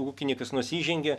ūkininkas nusižengė